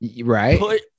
right